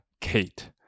Kate